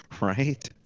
Right